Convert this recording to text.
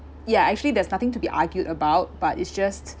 ya actually there's nothing to be argued about but it's just